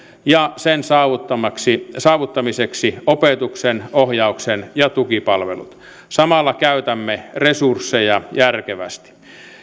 ja sen saavuttamiseksi saavuttamiseksi opetuksen ohjauksen ja tukipalvelut samalla käytämme resursseja järkevästi